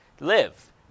Live